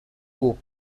coup